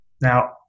Now